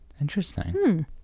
Interesting